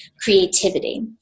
creativity